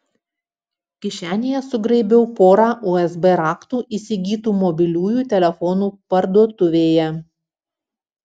kišenėje sugraibiau porą usb raktų įsigytų mobiliųjų telefonų parduotuvėje